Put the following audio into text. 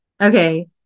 okay